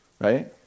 right